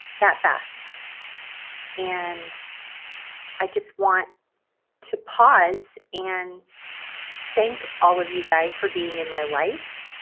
that fast and i just want to pause and thank all of you guys for being in my life.